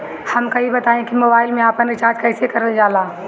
हमका ई बताई कि मोबाईल में आपन रिचार्ज कईसे करल जाला?